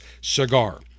cigar